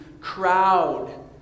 crowd